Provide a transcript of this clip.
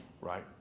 right